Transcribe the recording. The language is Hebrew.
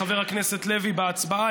חבר הכנסת לוי, בהצבעה.